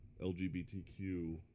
LGBTQ